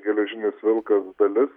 geležinis vilkas dalis